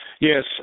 yes